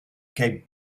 cape